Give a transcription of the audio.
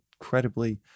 incredibly